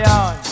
on